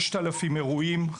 6,000 אירועים,